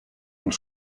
one